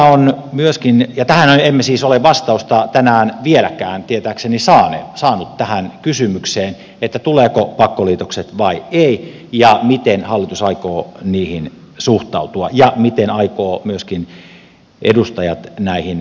ja mehän emme siis ole vastausta tänään vieläkään tietääkseni saaneet tähän kysymykseen tulevatko pakkoliitokset vai ei ja miten hallitus aikoo niihin suhtautua ja miten aikovat myöskin edustajat näihin suhtautua